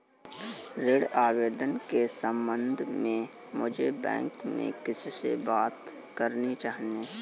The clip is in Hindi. ऋण आवेदन के संबंध में मुझे बैंक में किससे बात करनी चाहिए?